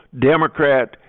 Democrat